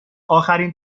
آخرین